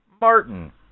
Martin